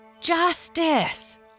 Justice